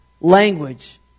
language